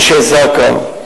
אנשי זק"א,